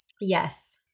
Yes